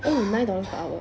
oh nine dollars per hour